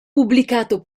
pubblicato